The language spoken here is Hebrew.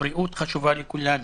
הבריאות חשובה לכולנו.